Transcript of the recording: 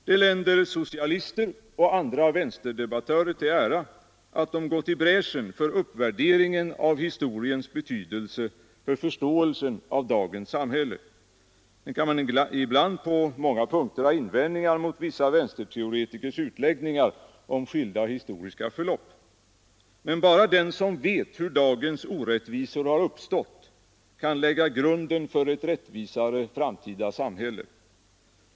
Det länder socialister och andra vänsterdebattörer till ära att de gått i bräschen för uppvärderingen av historiens betydelse för förståelsen av dagens samhälle — sedan kan man ibland på många punkter ha invändningar mot vissa vänsterteoretikers utläggningar om skilda historiska förlopp. Bara den som vet hur dagens orättvisor har uppstått, kan lägga grunden för ett rättvisare framtida samhälle.